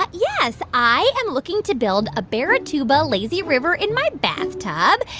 but yes. i am looking to build a barratuba lazy river in my bathtub.